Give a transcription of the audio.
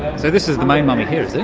so this is the main mummy here, is it?